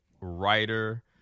writer